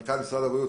מנכ"ל משרד הבריאות,